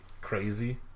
crazy